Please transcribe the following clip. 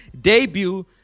debut